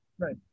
Right